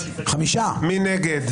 מי נגד?